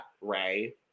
Ray